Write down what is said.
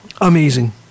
amazing